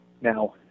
Now